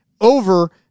over